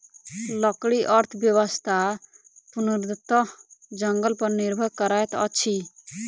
लकड़ी अर्थव्यवस्था पूर्णतः जंगल पर निर्भर करैत अछि